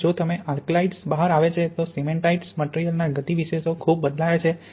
અને જો તમે આલ્કલિડ્સ બહાર આવે છે તો સિમેન્ટાઇટસ મટિરિયલના ગતિવિશેષો ખૂબ બદલાયા છે